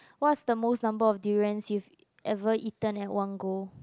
what's the most number of durians you've ever eaten at one go